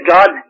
God